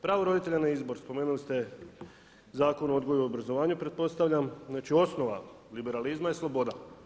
Pravo roditelja na izbor, spomenuli ste Zakon o odgoju i obrazovanju pretpostavljam, znači osnova liberalizma je sloboda.